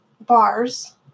bars